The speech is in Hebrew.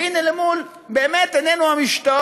והנה, באמת למול עינינו המשתאות,